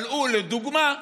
אבל הוא, לדוגמה,